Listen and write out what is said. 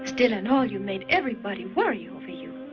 still and all, you made everybody worry over you.